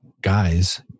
guys